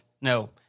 no